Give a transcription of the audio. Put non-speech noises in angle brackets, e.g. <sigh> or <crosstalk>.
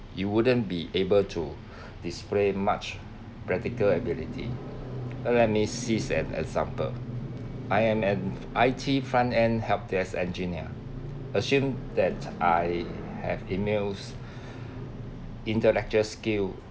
you wouldn't be able to <breath> display much practical ability ah let me sees an example I am an I_T front end help desk engineer assume that I have emails <breath> intellectual skill